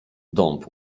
dąb